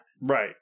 right